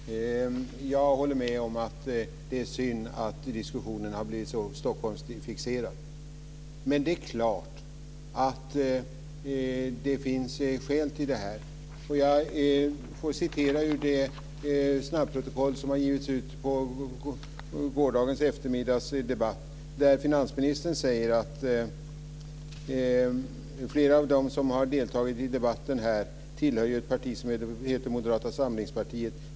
Fru talman! Jag håller med om att det är synd att diskussionen har blivit så Stockholmsfixerad. Men det är klart att det finns skäl till det. Jag citerar ur det snabbprotokoll som har givits ut med gårdagens eftermiddags debatt. Där säger finansministern: "Flera av dem som har deltagit i debatten här tillhör ju ett parti som heter Moderata samlingspartiet.